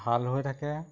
ভাল হৈ থাকে